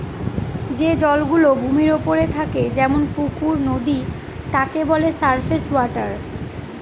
যে জল গুলো ভূমির ওপরে থাকে যেমন পুকুর, নদী তাকে বলে সারফেস ওয়াটার